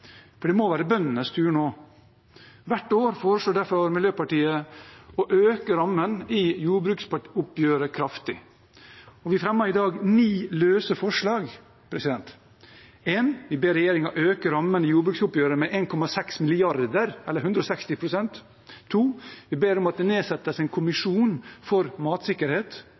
for det må være bøndenes tur nå. Hvert år foreslår derfor Miljøpartiet å øke rammen i jordbruksoppgjøret kraftig. Vi fremmer i dag ni løse forslag. For det første: Vi ber regjeringen øke rammen i jordbruksoppgjøret med 1,6 mrd. kr eller 160 pst. For det andre: Vi ber om at det nedsettes en kommisjon for matsikkerhet.